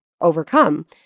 overcome